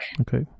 Okay